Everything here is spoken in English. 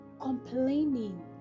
complaining